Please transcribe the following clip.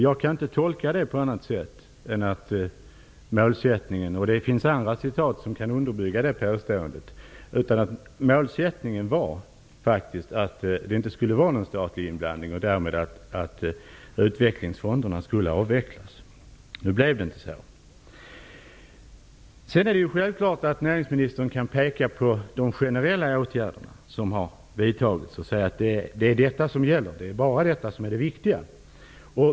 Jag kan inte tolka det på annat sätt -- och det finns andra citat som kan underbygga detta påstående -- än att målsättningen var att det inte skulle vara någon statlig inblandning och därmed att utvecklingsfonderna skulle avvecklas. Nu blev det inte så. Det är självklart att näringsministern kan peka på de generella åtgärder som har vidtagits och säga att det bara är dessa som är det som är viktigt.